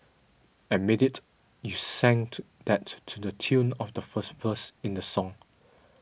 admit it you sang to that to to the tune of the first verse in the song